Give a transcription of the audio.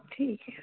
ਠੀਕ ਆ